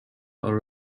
our